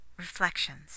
Reflections